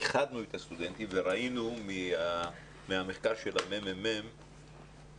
ייחדנו את הסטודנטים וראינו מהמחקר של מרכז המחקר והמידע של הכנסת,